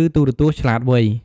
ឬទូរទស្សន៍ឆ្លាតវៃ។